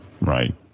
Right